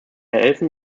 helfen